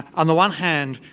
on the one hand,